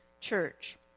church